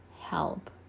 help